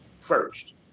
first